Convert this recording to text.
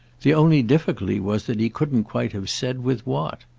the only difficulty was that he couldn't quite have said with what.